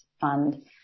Fund